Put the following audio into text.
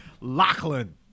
Lachlan